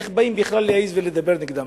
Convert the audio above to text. איך באים בכלל להעז ולדבר נגדם.